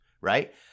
Right